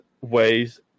ways